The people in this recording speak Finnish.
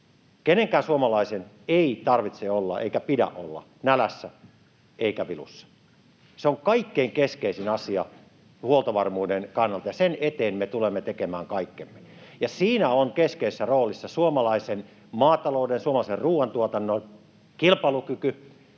Kenenkään suomalaisen ei tarvitse olla eikä pidä olla nälässä eikä vilussa. Se on kaikkein keskeisin asia huoltovarmuuden kannalta, ja sen eteen me tulemme tekemään kaikkemme. Siinä on keskeisessä roolissa suomalaisen maatalouden, suomalaisen ruoantuotannon, kilpailukyky,